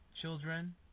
children